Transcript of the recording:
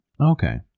Okay